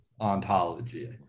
ontology